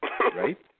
Right